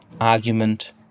argument